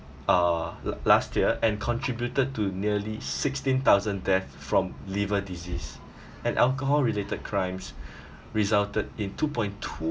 uh la~ last year and contributed to nearly sixteen thousand death from liver disease and alcohol-related crimes resulted in two-point two